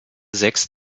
sechs